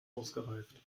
ausgereift